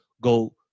Go